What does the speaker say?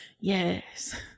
yes